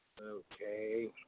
Okay